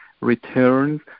returns